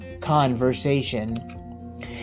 conversation